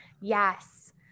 yes